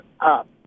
up